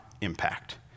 impact